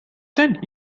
then